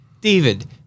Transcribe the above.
David